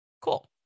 cool